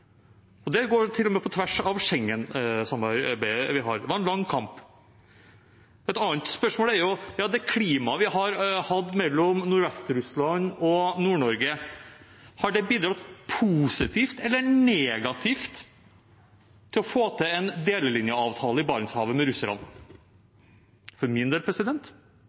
Det går til og med på tvers av Schengen-samarbeidet vårt. Det var en lang kamp. Et annet spørsmålet er det klimaet vi har hatt mellom Nordvest-Russland og Nord-Norge. Har det bidratt positivt eller negativt til å få til en delelinjeavtale i Barentshavet med russerne? For